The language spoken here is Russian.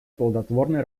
плодотворной